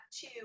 two